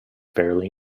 barely